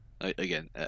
again